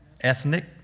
Ethnic